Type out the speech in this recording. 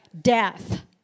Death